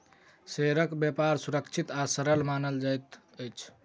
शेयरक व्यापार सुरक्षित आ सरल मानल जाइत अछि